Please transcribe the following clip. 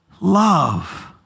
love